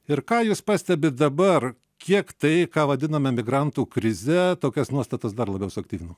ir ką jūs pastebit dabar kiek tai ką vadiname migrantų krize tokias nuostatas dar labiau suaktyvino